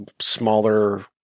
smaller